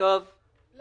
בבקשה, קרן.